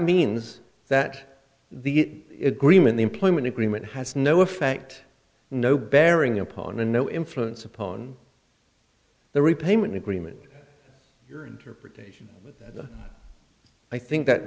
means that the agreement the employment agreement has no effect no bearing upon a no influence upon the repayment agreement your interpretation i think that